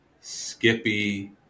Skippy